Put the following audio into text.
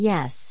Yes